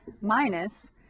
minus